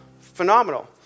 Phenomenal